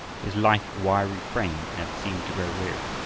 his lithe, wiry frame never seemed to grow weary.